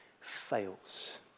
fails